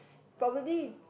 probably